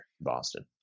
Boston